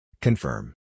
Confirm